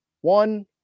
One